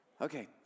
Okay